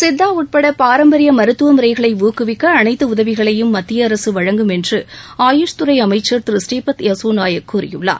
சித்தா உட்பட பாரம்பரிய மருத்துவ முறைகளை ஊக்குவிக்க அனைத்து உதவிகளையும் மத்திய அரசு வழங்கும் என்று ஆயுஷ் துறை அமைச்சர் திரு ஸ்ரீபத் யசோ நாயக் கூறியுள்ளார்